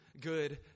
good